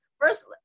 first